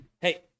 Hey